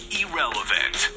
irrelevant